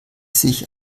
sich